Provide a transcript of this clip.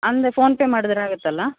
ಅಂದರೆ ಫೋನ್ಪೇ ಮಾಡಿದರೆ ಆಗುತ್ತಲ್ಲಾ